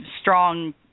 strong